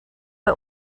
but